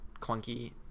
clunky